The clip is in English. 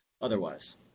otherwise